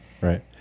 right